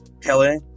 kelly